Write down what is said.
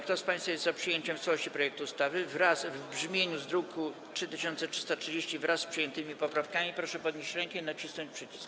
Kto z państwa jest za przyjęciem w całości projektu ustawy w brzmieniu z druku nr 3330, wraz z przyjętymi poprawkami, proszę podnieść rękę i nacisnąć przycisk.